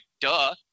duh